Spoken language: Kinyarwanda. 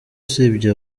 usibye